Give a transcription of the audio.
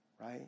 right